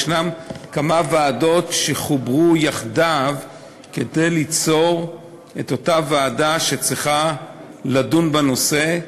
יש כמה ועדות שחוברו יחדיו כדי ליצור את אותה ועדה שצריכה לדון בנושא.